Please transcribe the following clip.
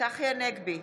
צחי הנגבי,